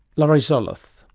laurie zoloth.